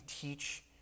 teach